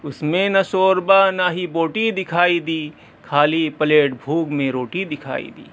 اس میں نہ شوربہ نہ ہی بوٹی دکھائی دی خالی پلیٹ بھوک میں روٹی دکھائی دی